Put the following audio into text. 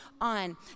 on